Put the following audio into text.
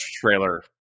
trailer